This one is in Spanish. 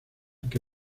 que